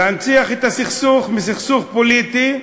להנציח את הסכסוך, מסכסוך פוליטי,